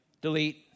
delete